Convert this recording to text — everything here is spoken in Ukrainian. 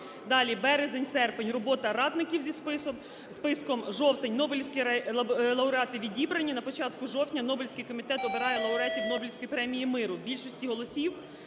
Далі. Березень-серпень – робота радників зі списком. Жовтень – Нобелівські лауреати відібрані. На початку жовтня Нобелівський комітет обирає лауреатів Нобелівської премії миру більшістю голосів,